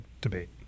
debate